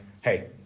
hey